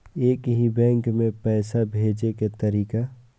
एक ही बैंक मे पैसा भेजे के तरीका?